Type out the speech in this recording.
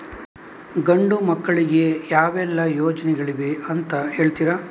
ಗಂಡು ಮಕ್ಕಳಿಗೆ ಯಾವೆಲ್ಲಾ ಯೋಜನೆಗಳಿವೆ ಅಂತ ಹೇಳ್ತೀರಾ?